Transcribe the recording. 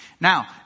Now